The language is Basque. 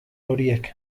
horiek